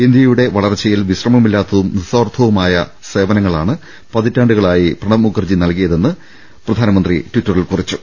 ഇന്ത്യയുടെ വളർച്ച യിൽ വിശ്രമമില്ലാത്തതും നിസ്വാർത്ഥവുമായ സേവനങ്ങളാണ് പതിറ്റാണ്ടു കളായി അദ്ദേഹം നൽകിയതെന്ന് പ്രധാനമന്ത്രി ട്വിറ്ററിൽ കുറിച്ചു